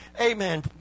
amen